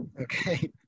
Okay